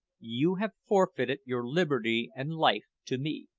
you have forfeited your liberty and life to me.